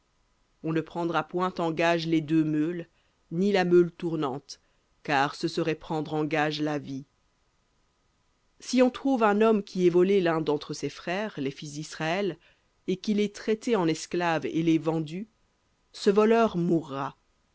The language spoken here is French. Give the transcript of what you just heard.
on ne prendra point en gage les deux meules ni la meule tournante car ce serait prendre en gage la vie v si on trouve un homme qui ait volé l'un d'entre ses frères les fils d'israël et qui l'ait traité en esclave et l'ait vendu ce voleur mourra